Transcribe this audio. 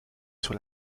sur